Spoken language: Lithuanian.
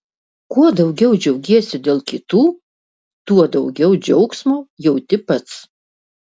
kuo daugiau džiaugiesi dėl kitų tuo daugiau džiaugsmo jauti pats